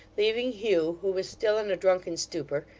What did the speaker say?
leaving hugh, who was still in a drunken stupor,